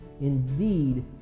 indeed